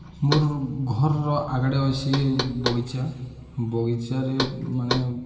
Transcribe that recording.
ମୋର୍ ଘର୍ର ଆଗ୍ଆଡ଼େ ଅଛେ ବଗିଚା ବଗିଚାରେ ମାନେ